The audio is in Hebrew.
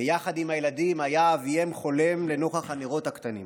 ויחד עם הילדים היה אביהם חולם לנוכח הנרות הקטנים,